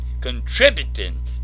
contributing